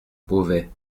beauvais